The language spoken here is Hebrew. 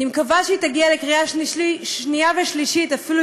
אני מקווה שהיא תגיע לקריאה שנייה ושלישית אפילו